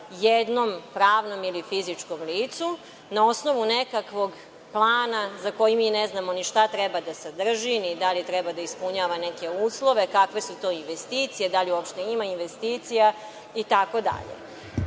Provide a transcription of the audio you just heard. jednom pravnom ili fizičkom licu na osnovu nekakvog plana za koji mi ne znamo ni šta treba da sadrži, ni da li treba da ispunjava neke uslove, kakve su to investicije, da li uopšte ima investicija, itd,